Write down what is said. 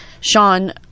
sean